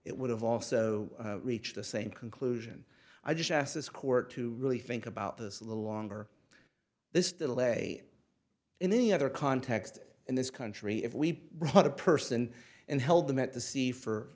it would have also reached the same conclusion i just asked this court to really think about this the longer this delay in any other context in this country if we brought a person and held them at the sea for